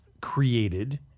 created